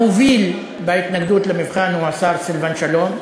המוביל בהתנגדות למבחן הוא השר סילבן שלום.